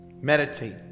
Meditate